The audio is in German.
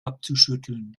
abzuschütteln